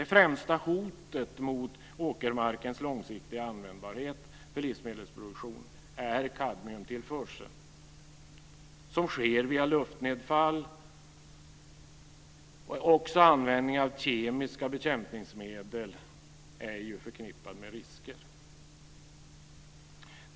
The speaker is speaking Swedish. Det främsta hotet mot åkermarkernas långsiktiga användbarhet för livsmedelsproduktion är kadmiumtillförseln, som sker via luftnedfall. Också användningen av kemiska bekämpningsmedel är förknippad med risker.